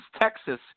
Texas